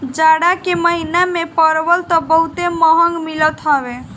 जाड़ा के महिना में परवल तअ बहुते महंग मिलत हवे